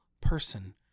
person